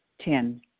Ten